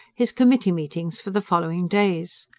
his committee-meetings for the following days.